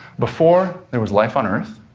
before there was life on earth,